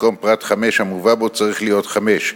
במקום פרט (5) המובא בו צריך להיות: "(5)